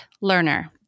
learner